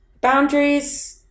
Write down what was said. boundaries